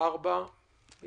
4 נגד, 4 הרוויזיה לא נתקבלה.